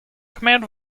command